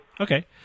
okay